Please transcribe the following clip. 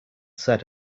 said